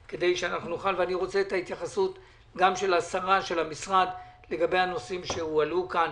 ואני רוצה גם את התייחסות השרה לגבי הנושאים שהועלו כאן.